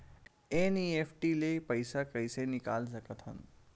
NEFT ले पईसा कइसे निकाल सकत हन?